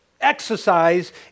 exercise